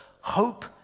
hope